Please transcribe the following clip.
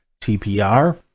tpr